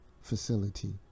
facility